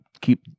keep